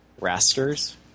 Rasters